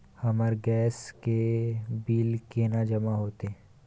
हमर गैस के बिल केना जमा होते?